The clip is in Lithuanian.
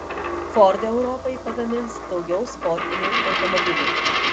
ford europai pagamins daugiau sportinių automobilių